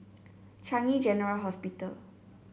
Changi General Hospital